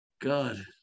god